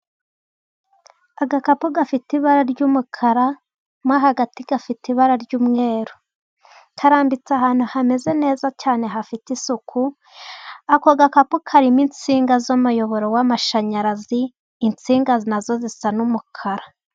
Agakapu gafite ibara ry'umukara mo hagati gafite ibara ry'umweru karambitse ahantu hameze neza cyane, hafite isuku. Ako gakapu karimo insinga z'umuyoboro w'amashanyarazi, insinga nazo zisa n'umukara.